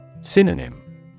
Synonym